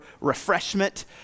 refreshment